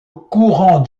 courant